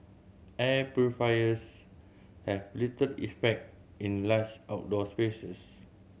air purifiers have little effect in large outdoor spaces